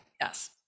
yes